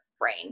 brain